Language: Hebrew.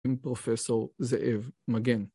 עם פרופסור זאב מגן.